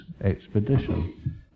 expedition